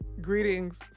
Greetings